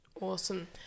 Awesome